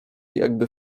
jakby